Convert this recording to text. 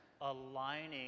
aligning